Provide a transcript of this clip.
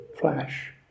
flash